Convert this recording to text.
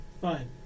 Fine